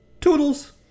Toodles